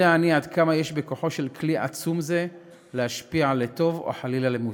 יודע אני עד כמה יש בכוחו של כלי עצום זה להשפיע לטוב או חלילה למוטב.